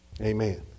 Amen